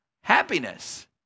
happiness